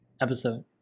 episode